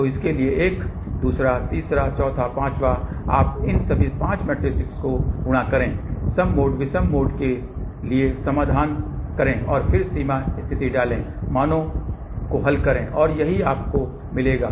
तो इसके लिए एक दूसरा तीसरा चौथा पांचवां आप उन सभी 5 मैट्रिसेस को गुणा करें सम मोड विषम मोड के लिए समाधान करें और फिर सीमा स्थिति डालें मानों को हल करें और यही आपको मिलेगा